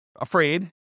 afraid